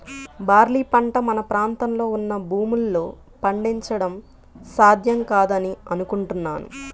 barley పంట మన ప్రాంతంలో ఉన్న భూముల్లో పండించడం సాధ్యం కాదని అనుకుంటున్నాను